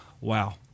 wow